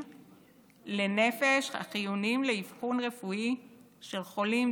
לנפש החיוניים לאבחון רפואי של חולים,